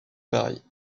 paris